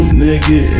nigga